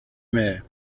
mare